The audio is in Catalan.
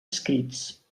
escrits